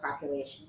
population